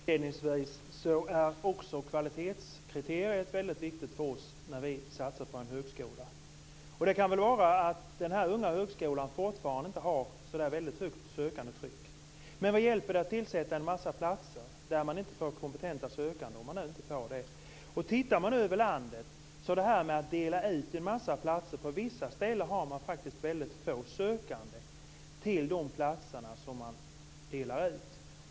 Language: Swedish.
Herr talman! Kvalitetskriteriet är viktigt för oss när vi satsar på en högskola. Det kan väl vara att denna unga högskola fortfarande inte har ett så högt sökandetryck. Men vad hjälper det att tillsätta en mängd platser när det inte finns kompetenta sökande? Låt oss titta på frågan att dela ut platser. På vissa ställen är det få sökande till de platser som delas ut.